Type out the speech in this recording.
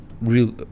real